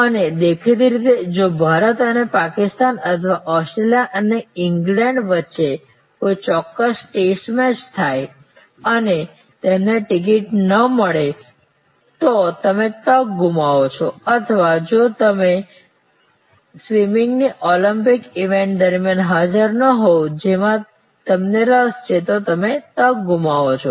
અને દેખીતી રીતે જો ભારત અને પાકિસ્તાન અથવા ઑસ્ટ્રેલિયા અને ઇંગ્લેન્ડ વચ્ચે કોઈ ચોક્કસ ટેસ્ટ મેચ થાય અને તમને ટિકિટ ન મળે તો તમે તક ગુમાવો છો અથવા જો તમે સ્વિમિંગની ઓલિમ્પિક ઇવેન્ટ દરમિયાન હાજર ન હોવ જેમાં તમને રસ છે તો તમે તક ગુમાવો છો